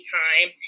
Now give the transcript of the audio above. time